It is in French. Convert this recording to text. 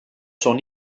son